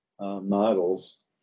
models